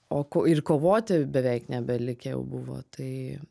o ko ir kovoti beveik nebelikę jau buvo tai